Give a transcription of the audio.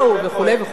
וכו' וכו'.